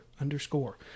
underscore